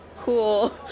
Cool